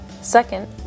Second